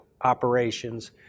operations